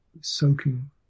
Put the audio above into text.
soaking